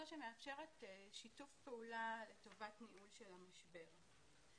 שמאפשרת שיתוף פעולה לטובת ניהול של המשבר.